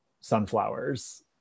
sunflowers